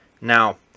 Now